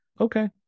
Okay